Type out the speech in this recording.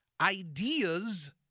ideas